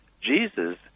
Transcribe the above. Jesus